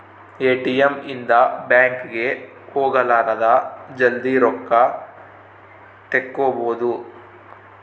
ATM ಇಂದ bank ಗೆ ಹೋಗಲಾರದ ಜಲ್ದೀ ರೊಕ್ಕ ತೆಕ್ಕೊಬೋದು